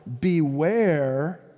beware